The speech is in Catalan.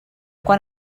quan